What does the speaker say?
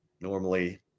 normally